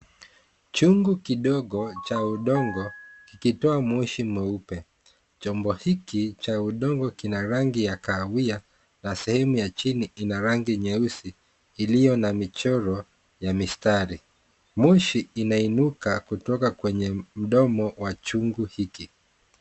Chungu kidogo cha udongo kikitoa moshi mweupe. Chombo hiki cha udongo kina rangi ya kahawia na sehemu ya chini ina rangi nyeusi iliyo na michoro ya mistari. Moshi inainuka kutoka kwenye mdomo wa chungu hiki.